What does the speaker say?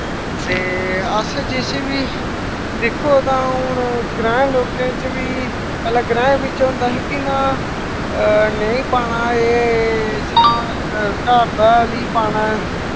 ते अस जिसी बी दिक्खो तां हून ग्राईं लोकैं च बी पैह्लैं ग्राएं बिच्च होंदा हा कि इयां नेंई पाना एह् घर दा हैल ई पाना